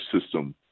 system